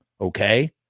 Okay